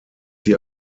sie